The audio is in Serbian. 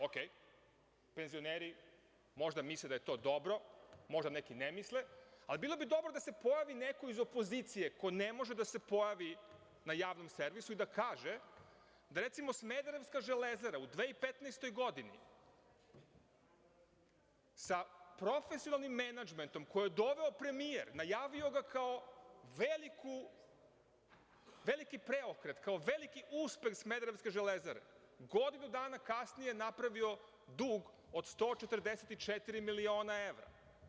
Okej, penzioneri možda misle da je to dobro, možda neki ne misle, ali bilo bi dobro da se pojavi neko iz opozicije ko ne može da se pojavi na javnom servisu i da kaže da je smederevska “Železara“ u 2015. godini, sa profesionalnim menadžmentom, kojeg je doveo premijer, najavio ga kao veliki preokret, kao veliki uspeh smederevske „Železare“, godinu dana kasnije, napravila dug od 144 miliona evra.